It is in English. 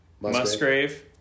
Musgrave